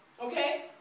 okay